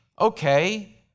okay